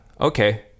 okay